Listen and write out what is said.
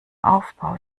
aufbau